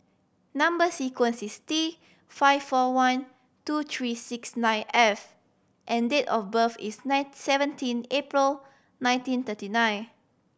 number sequence is T five four one two three six nine F and date of birth is ninth seventeen April nineteen thirty nine